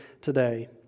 today